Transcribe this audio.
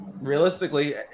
Realistically